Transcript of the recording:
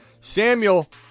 Samuel